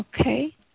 Okay